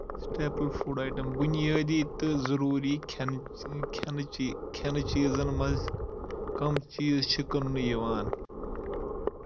Staple food item بُنیٲدی تہٕ ضٔروٗری کھیٚنہٕ چیٖزن مَنٛز کم چیٖز چھ کٕننہٕ یِوان؟